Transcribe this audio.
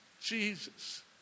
Jesus